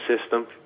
system